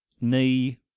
knee